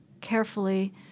carefully